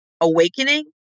awakening